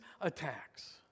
attacks